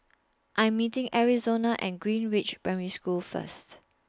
I Am meeting Arizona At Greenridge Primary School First